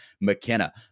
McKenna